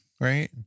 right